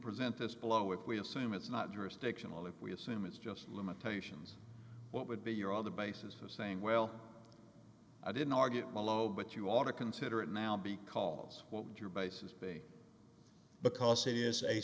present this below if we assume it's not jurisdictional if we assume it's just limitations what would be your on the basis of saying well i didn't argue below but you ought to consider it now because what would your basis be because it is a